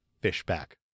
Fishback